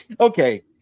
Okay